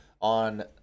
on